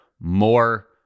more